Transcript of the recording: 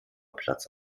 platz